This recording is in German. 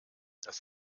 das